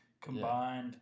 combined